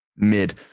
Mid